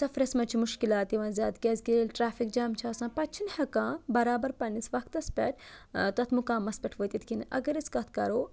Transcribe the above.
سَفرَس منٛز چھِ مُشکِلات یِوان زیادٕ کیٛازکہِ ییٚلہِ ٹرٛٮ۪فِک جیم چھِ آسان پَتہٕ چھِنہٕ ہٮ۪کان بَرابَر پنٛنِس وقتَس پٮ۪ٹھ تَتھ مُقامَس پٮ۪ٹھ وٲتِتھ کِہیٖنۍ اَگر أسۍ کَتھ کَرو